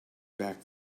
back